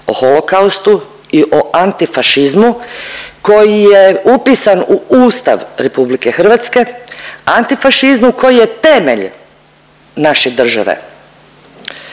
o Holokaustu i o antifašizmu koji je upisan u Ustav RH, antifašizmu koji je temelj naše države.